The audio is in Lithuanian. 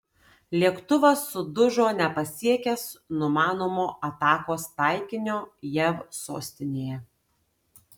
lėktuvas sudužo nepasiekęs numanomo atakos taikinio jav sostinėje